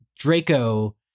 Draco